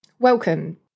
Welcome